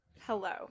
Hello